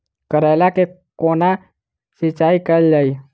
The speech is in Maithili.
करैला केँ कोना सिचाई कैल जाइ?